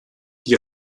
die